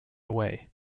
away